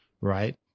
right